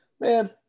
man